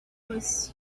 was